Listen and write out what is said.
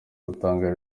rutanga